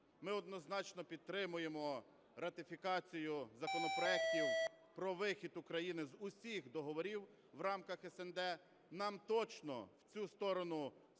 Ми однозначно підтримуємо ратифікацію законопроектів про вихід України з усіх договорів в рамках СНД, нам точно в цю сторону східну